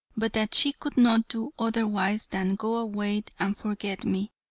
but that she could not do otherwise than go away and forget me.